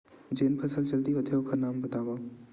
जेन फसल जल्दी होथे ओखर नाम बतावव?